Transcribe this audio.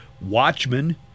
Watchmen